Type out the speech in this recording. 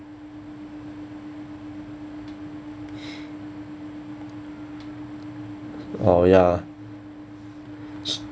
oh ya